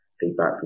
feedback